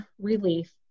relief